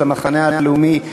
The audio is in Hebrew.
את המחנה הלאומי.